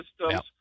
systems